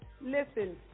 Listen